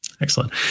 excellent